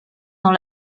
dans